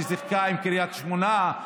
ששיחקה עם קריית שמונה,